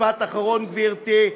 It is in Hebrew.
משפט אחרון, גברתי.